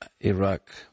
Iraq